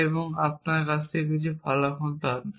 এবং আপনি এর থেকে কিছু ফলাফল পাবেন